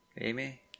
Amy